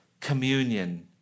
communion